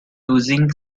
losing